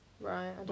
Right